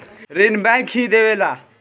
ऋण बैंक ही देवेला